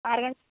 R ಗ